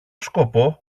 σκοπό